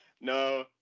no